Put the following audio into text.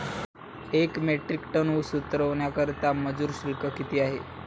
एक metric ton ऊस उतरवण्याकरता मजूर शुल्क किती आहे?